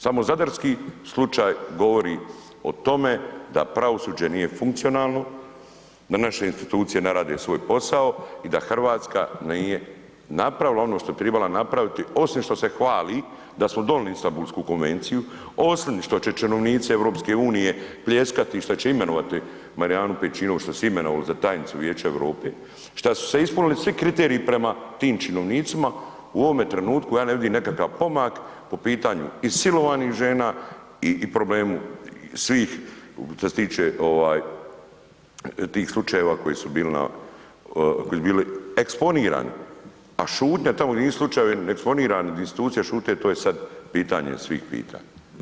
Samo zadarski slučaj govori o tome da pravosuđe nije funkcionalno, da naše institucije ne rade svoj posao i da RH nije napravila ono što bi tribala napraviti osim što se hvali da smo donili Istambulsku konvenciju, osim što će činovnici EU pljeskati, što će imenovati Marijanu Pejčinović, što su imenovali za tajnicu Vijeća Europe, šta su se ispunili svi kriteriji prema tim činovnicima, u ovome trenutku ja ne vidim nekakav pomak po pitanju i silovanih žena i problemu svih šta se tiče ovaj tih slučajeva koji su bili na, koji su bili eksponirani, a šutnja tamo gdje nisu slučajevi eksponirani, di institucije šute, to je sam pitanje svih pitanja.